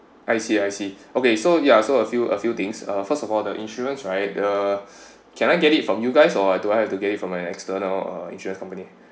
I see I see okay so ya so a few a few things first of all the insurance right uh can I get it from you guys or do I have to get it from an external insurance company